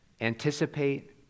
anticipate